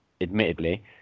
admittedly